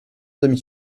demi